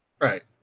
Right